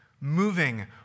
moving